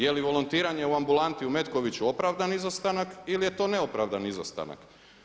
Je li volontiranje u ambulanti u Metkoviću opravdan izostanak ili je to neopravdan izostanak.